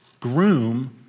groom